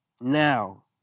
Now